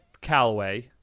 Callaway